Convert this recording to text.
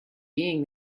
being